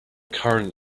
current